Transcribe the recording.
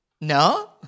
No